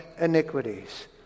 iniquities